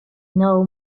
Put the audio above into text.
know